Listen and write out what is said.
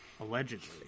Allegedly